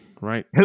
right